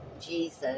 Jesus